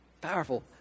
powerful